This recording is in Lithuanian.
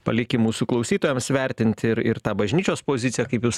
palikim mūsų klausytojams vertinti ir ir tą bažnyčios poziciją kaip jūs